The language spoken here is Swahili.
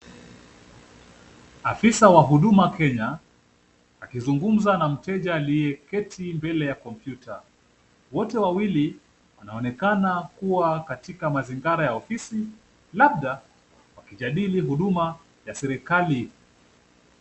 Afisa wa huduma Kenya akizungumza na mteja aliyeketi mbele ya kompyuta. Wote wawili wanaonekana kuwa katika mazingara ya ofisi labda wakijadili huduma ya serikali.